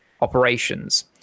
operations